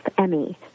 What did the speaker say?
Emmy